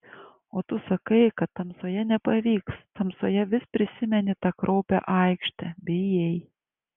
o tu sakai kad tamsoje nepavyks tamsoje vis prisimeni tą kraupią aikštę bijai